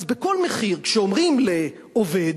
אז בכל מחיר, כשאומרים לעובד: